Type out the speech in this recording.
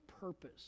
purpose